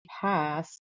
past